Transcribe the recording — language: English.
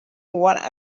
what